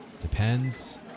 Depends